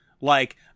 like-